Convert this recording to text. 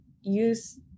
use